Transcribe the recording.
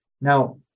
Now